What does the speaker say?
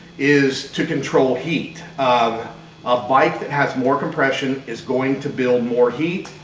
is to control heat. um a bike that has more compression is going to build more heat,